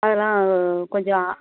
அதெல்லாம் கொஞ்சம்